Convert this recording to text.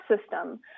system